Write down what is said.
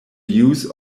use